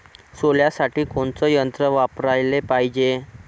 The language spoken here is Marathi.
सोल्यासाठी कोनचं यंत्र वापराले पायजे?